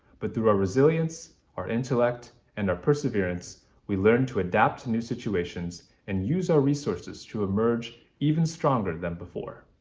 but through our resilience, our intellect, and our perseverance we learned to adapt to new situations and use our resources to emerge even stronger than before.